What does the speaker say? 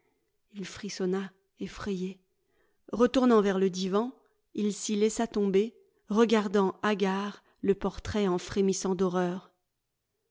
il frissonna effrayé retournant vers le divan il s'y laissa tomber regardant hagard le portrait en frémissant d'horreur